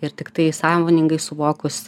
ir tiktai sąmoningai suvokus